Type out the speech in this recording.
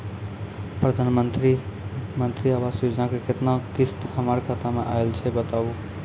प्रधानमंत्री मंत्री आवास योजना के केतना किस्त हमर खाता मे आयल छै बताबू?